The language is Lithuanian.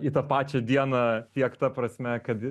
į tą pačią dieną tiek ta prasme kad